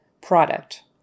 product